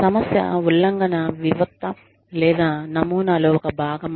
సమస్య ఉల్లంఘన వివిక్త లేదా నమూనా లో ఒక భాగమా